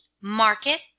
market